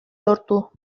lortu